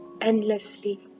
endlessly